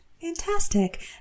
Fantastic